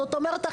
זאת אומרת,